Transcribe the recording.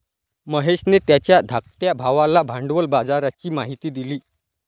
महेशने त्याच्या धाकट्या भावाला भांडवल बाजाराची माहिती दिली